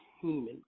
human